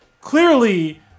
clearly